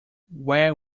where